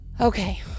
Okay